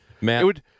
Matt